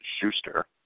Schuster